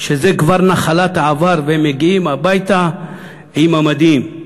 שזו כבר נחלת העבר, והם מגיעים הביתה עם המדים,